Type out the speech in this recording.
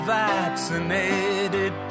vaccinated